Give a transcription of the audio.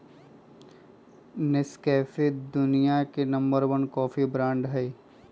Nescafe दुनिया के number one coffee brand हई